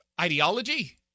ideology